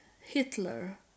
Hitler